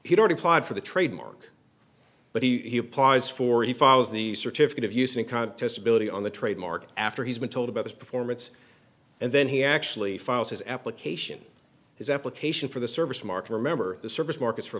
he'd already applied for the trademark but he applies for the files the certificate of use and contest ability on the trademark after he's been told about his performance and then he actually files his application his application for the service marked remember the service markets for